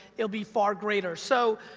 it'll be far greater. so,